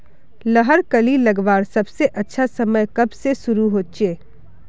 लहर कली लगवार सबसे अच्छा समय कब से शुरू होचए?